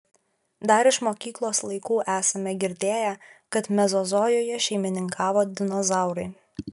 dar iš mokyklos laikų esame girdėję kad mezozojuje šeimininkavo dinozaurai